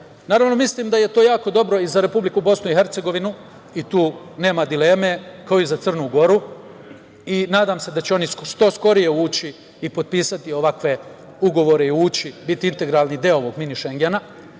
dolazim. Naravno, mislim da je to jako dobro i za Republiku Bosnu i Hercegovinu, tu nema dileme, kao i za Crnu Goru. Nadam se da će oni što skorije ući i potpisati ovakve ugovore i biti integralni deo ovog mini šengena,